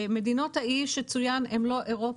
מדינות האי שצוין הן לא אירופה.